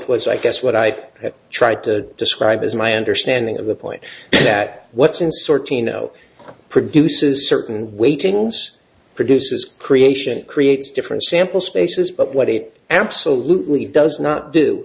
was i guess what i have tried to describe is my understanding of the point that what's in sort teano produces certain weightings produces creation creates different sample spaces but what it absolutely does not do